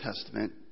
Testament